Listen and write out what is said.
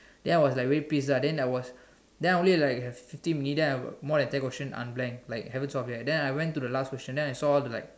then I was like way pissed ah then I was then only like have fifteen minutes then I got more than ten questions unblanked like haven't solve yet then I went to the last questions then I saw the like